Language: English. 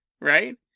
right